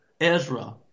Ezra